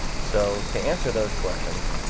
so to answer those questions?